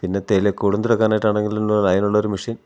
പിന്നെ തേയില കൊളുന്തെടുക്കാനായിട്ട് ആണെങ്കിലും എന്നാ അതിനുള്ള ഒരു മെഷിന്